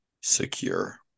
secure